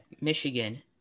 michigan